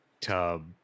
tub